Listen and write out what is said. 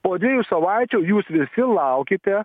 po dviejų savaičių jūs visi laukite